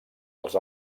dels